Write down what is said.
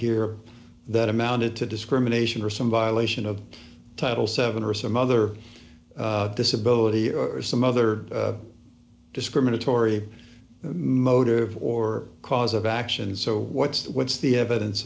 here that amounted to discrimination or some violation of title seven or some other disability or some other discriminatory motive or cause of action so what's the what's the evidence